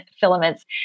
filaments